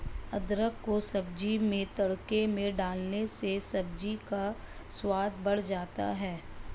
अदरक को सब्जी में तड़के में डालने से सब्जी का स्वाद बढ़ जाता है